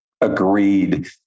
agreed